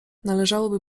należałoby